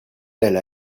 elle